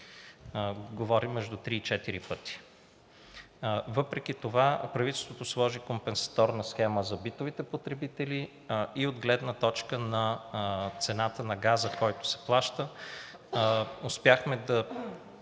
говорим между три и четири пъти. Въпреки това правителството сложи компенсаторна схема за битовите потребители и от гледна точка на цената на газа, който се плаща, успяхме да